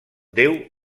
déu